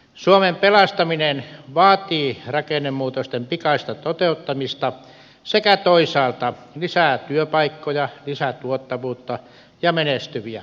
suomen pelastaminen vaatii rakennemuutosten pikaista toteuttamista sekä toisaalta lisää työpaikkoja lisää tuottavuutta ja menestyviä yrityksiä